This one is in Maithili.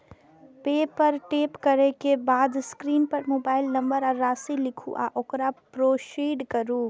पे पर टैप करै के बाद स्क्रीन पर मोबाइल नंबर आ राशि लिखू आ ओकरा प्रोसीड करू